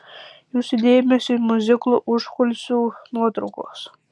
jūsų dėmesiui miuziklo užkulisių nuotraukos